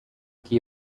qui